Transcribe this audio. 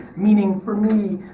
meaning for me,